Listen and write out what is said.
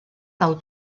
del